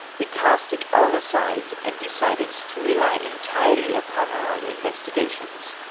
we cast it all aside, and decided to rely entirely upon our own investigations.